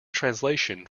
translation